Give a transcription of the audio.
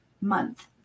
month